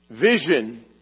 Vision